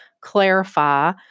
clarify